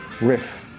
riff